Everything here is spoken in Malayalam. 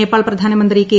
നേപ്പാൾ പ്രധാനമന്ത്രി കെ